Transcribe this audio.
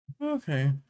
Okay